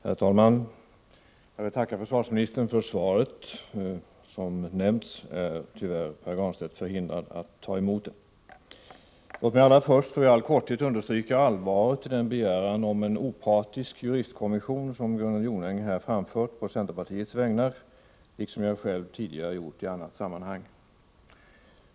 Herr talman! Jag vill tacka försvarsministern för svaret. Som nämnts är tyvärr Pär Granstedt förhindrad att ta emot det. Låt mig allra först och i all korthet understryka allvaret i den begäran om en opartisk juristkommission som Gunnel Jonäng här framfört på centerpartiets vägnar — liksom jag själv tidigare gjort i annat sammanhang.